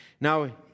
Now